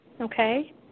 Okay